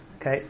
Okay